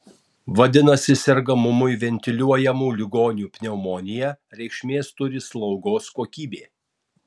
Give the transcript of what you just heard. vadinasi sergamumui ventiliuojamų ligonių pneumonija reikšmės turi slaugos kokybė